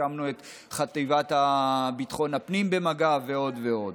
הקמנו את חטיבת ביטחון הפנים במג"ב ועוד ועוד.